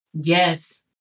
Yes